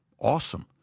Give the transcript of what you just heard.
Awesome